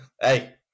Hey